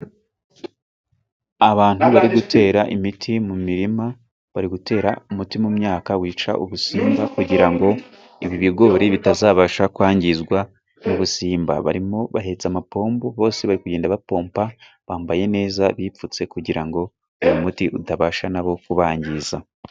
Abantu bari gutera imiti mu mirima， bari gutera umuti mu myaka wica ubusimba， kugira ngo ibi bigori bitazabasha kwangizwa n’ubusimba. Barimo bahetse amapombo， bose bari kugenda bapompa bambaye neza， bipfutse kugira ngo uyu muti utabasha nabo kubangiza.